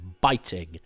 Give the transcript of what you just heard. biting